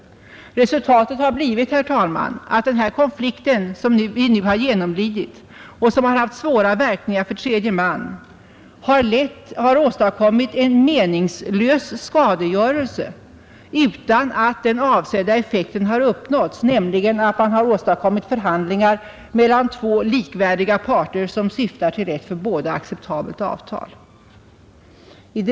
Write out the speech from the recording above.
Resultatet har blivit, herr talman, att den konflikt som vi nu har genomlidit och som har haft svåra verkningar för tredje man har åstadkommit en meningslös skadegörelse utan att den avsedda effekten har uppnåtts, nämligen att åstadkomma förhandlingar mellan två likvärdiga parter som syftar till ett för båda acceptabelt avtal.